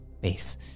base